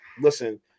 Listen